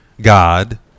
God